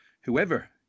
whoever